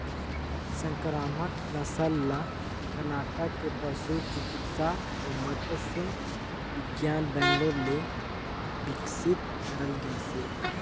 संकरामक नसल ल करनाटक के पसु चिकित्सा अउ मत्स्य बिग्यान बैंगलोर ले बिकसित करल गइसे